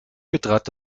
betrat